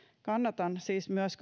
kannatan siis myös